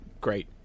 great